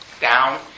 down